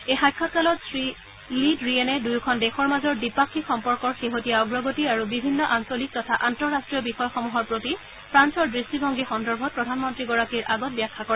এই সাক্ষাৎ কালত শ্ৰী লী ড়িয়েনে দুয়োখন দেশৰ মাজৰ দ্বিপাক্ষিক সম্পৰ্কৰ শেহতীয়া অগ্ৰগতি আৰু বিভিন্ন আঞ্চলিক তথা আন্তঃৰাষ্টীয় বিষয়সমূহৰ প্ৰতি ফ্ৰান্সৰ দৃষ্টিভংগী সন্দৰ্ভত প্ৰধানমন্ত্ৰীগৰাকীৰ আগত ব্যাখ্যা কৰে